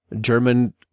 German